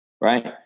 right